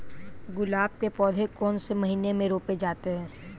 गुलाब के पौधे कौन से महीने में रोपे जाते हैं?